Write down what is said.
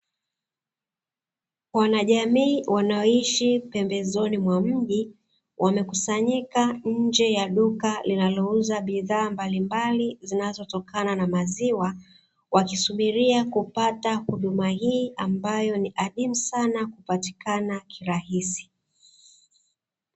Wanajamii wanaoishi pembezoni mwa mji, wamekusanyika nje ya duka linalouza bidhaa mbalimbali zinazotokana na maziwa. Wakisubiria kupata huduma hii, ambayo ni adimu sana kupatikana kirahisi.